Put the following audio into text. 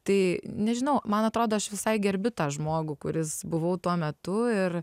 tai nežinau man atrodo aš visai gerbiu tą žmogų kuris buvau tuo metu ir